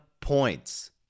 points